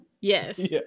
yes